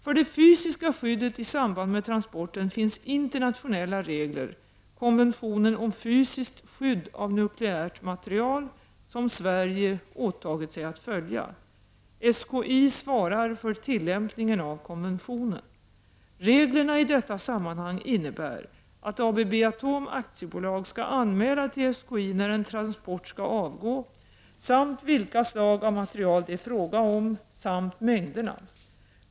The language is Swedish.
För det fysiska skyddet i samband med transporten finns internationella regler, konventionen om fysiskt skydd av nuklelärt material, som Sverige åtagit sig att följa. SKI svarar för tillämpningen av konventionen. Reglerna i detta sammanhang innebär att ABB Atom AB skall anmäla till SKI när en transport skall avgå samt vilket slag av material det är frågan om samt mängderna.